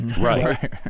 Right